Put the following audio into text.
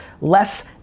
less